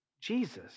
Jesus